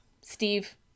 Steve